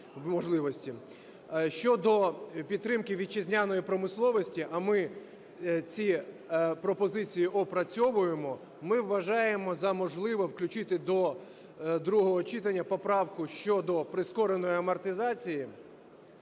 Щодо підтримки вітчизняної промисловості, а ми ці пропозиції опрацьовуємо, ми вважаємо за можливе включити до другого читання поправку щодо прискореної амортизації